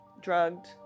drugged